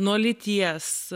nuo lyties